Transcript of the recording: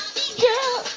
Girl